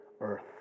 earth